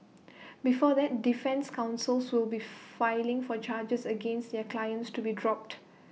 before that defence counsels will be filing for charges against their clients to be dropped